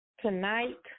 Tonight